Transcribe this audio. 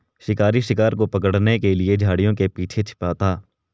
शिकारी शिकार को पकड़ने के लिए झाड़ियों के पीछे छिपा था